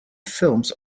films